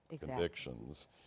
convictions